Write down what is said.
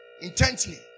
intently